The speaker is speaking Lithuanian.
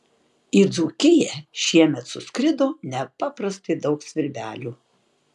į dzūkiją šiemet suskrido nepaprastai daug svirbelių